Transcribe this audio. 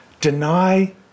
Deny